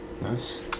Nice